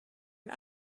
and